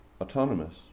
autonomous